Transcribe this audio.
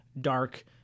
dark